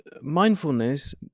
mindfulness